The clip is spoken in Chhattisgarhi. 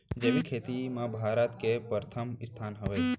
जैविक खेती मा भारत के परथम स्थान हवे